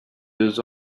deux